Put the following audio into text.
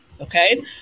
Okay